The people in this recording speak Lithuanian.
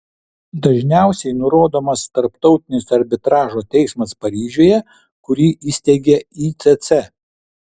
dažniausiai nurodomas tarptautinis arbitražo teismas paryžiuje kurį įsteigė icc